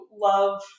love